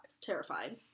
Terrified